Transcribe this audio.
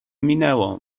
minęło